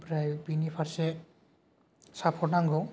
ओमफ्राय बेनि फारसे सापर्ट नांगौ